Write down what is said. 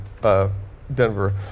Denver